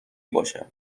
باشه